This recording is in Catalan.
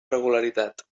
regularitat